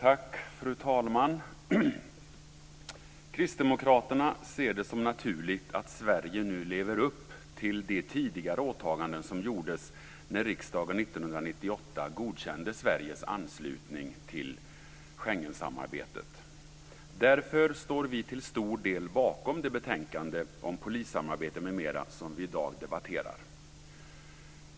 Fru talman! Kristdemokraterna ser det som naturligt att Sverige nu lever upp till de tidigare åtaganden som gjordes när riksdagen 1998 godkände Sveriges anslutning till Schengensamarbetet. Därför står vi till stor del bakom det betänkande om polissamarbete m.m. som vi i dag debatterar.